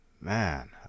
man